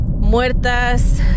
muertas